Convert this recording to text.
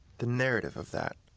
the narrative of that